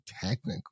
technically